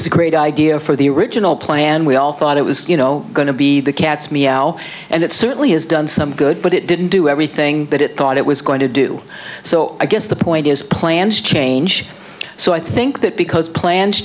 was a great idea for the original plan we all thought it was you know going to be the case it's meow and it certainly has done some good but it didn't do everything that it thought it was going to do so i guess the point is plans change so i think that because plans